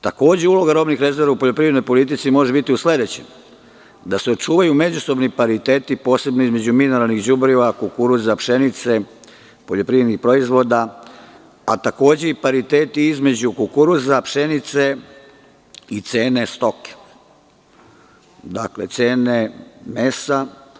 Takođe, uloga robnih rezervi u poljoprivrednoj politici može biti u sledećem – očuvanje međusobnih pariteta, posebno između mineralnih đubriva, kukuruza, pšenice, poljoprivrednih proizvoda, a takođe i pariteti između kukuruza, pšenice i cene stoke, dakle cene mesa.